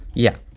yeah.